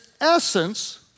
essence